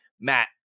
Matt